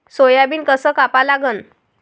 Soybean कस कापा लागन?